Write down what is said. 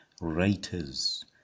writers